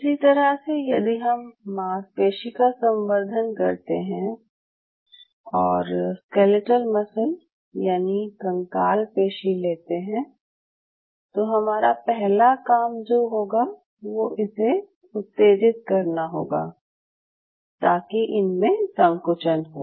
उसी तरह से यदि हम मांसपेशी का संवर्धन करते हैं और स्केलेटल मसल यानि कंकाल पेशी लेते हैं तो हमारा पहला काम जो होगा वो इसे उत्तेजित करना होगा ताकि इनमे संकुचन हो